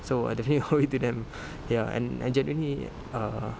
so I definitely owe it to them ya and I genuinely err